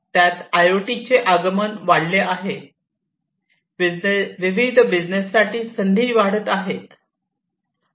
त्यात आयओटीचे आगमन वाढले आहे विविध बिझनेससाठी संधी वाढत आहेत